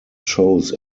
shows